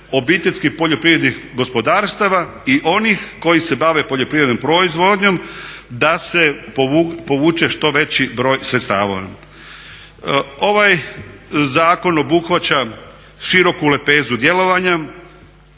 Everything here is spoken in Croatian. obiteljskih poljoprivrednih gospodarstava i onih koji se bave poljoprivrednom proizvodnjom da se povuče što veći broj sredstava. Ovaj zakon obuhvaća široku lapezu djelovanja.